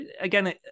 again